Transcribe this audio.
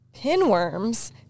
pinworms